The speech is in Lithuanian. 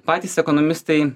patys ekonomistai